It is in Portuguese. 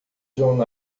john